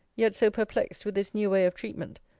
yet so perplexed with this new way of treatment,